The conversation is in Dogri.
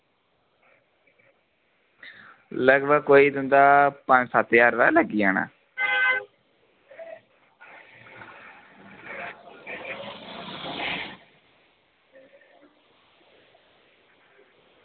कोई लगभग तुंदा पंज सत्त ज्हार रपेआ लग्गी जाना